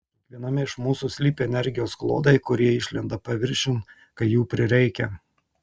kiekviename iš mūsų slypi energijos klodai kurie išlenda paviršiun kai jų prireikia